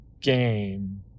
game